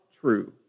true